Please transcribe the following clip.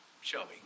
Shelby